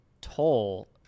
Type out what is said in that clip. toll